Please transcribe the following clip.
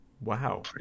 Wow